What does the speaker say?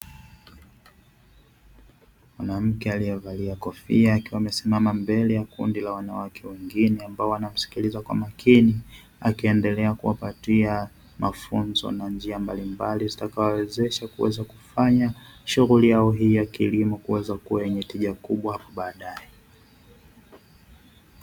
Mwanamke aliyevalia kofia akiwa amesimama mbele ya kundi la wanawake wengine ambao wanamsikiliza kwa makini, akiendelea kuwapatia mafunzo na njia mbalimbali zitakazowawezesha kuweza kufanya shughuli yao hii ya kilimo kuweza kuwa yenye tija kubwa baadae.